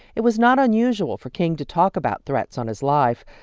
it was not unusual for king to talk about threats on his life.